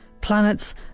planets